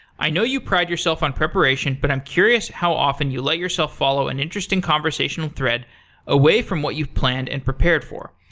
i know you pride yourself on preparation, but i'm curious how often you let yourself follow an interesting conversational thread away from what you've planned and prepared for.